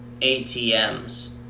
ATMs